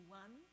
one